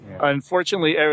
Unfortunately